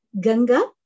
Ganga